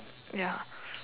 ya